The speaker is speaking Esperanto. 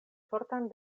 fortan